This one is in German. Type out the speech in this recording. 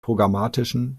programmatischen